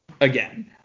again